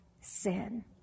sin